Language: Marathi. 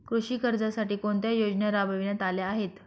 कृषी कर्जासाठी कोणत्या योजना राबविण्यात आल्या आहेत?